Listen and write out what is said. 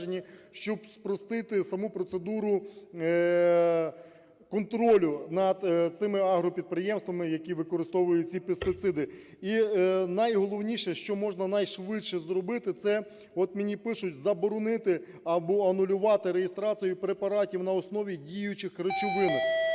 щоб спростити саму процедуру контролю над цими агропідприємствами, які використовують ці пестициди. І найголовніше, що можна найшвидше зробити, це от мені пишуть: заборонити або анулювати реєстрацію препаратів на основі діючих речовин